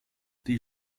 die